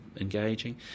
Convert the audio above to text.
engaging